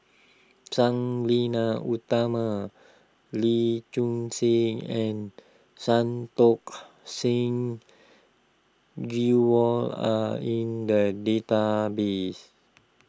Sang Nila Utama Lee Choon Seng and Santokh Singh Grewal are in the database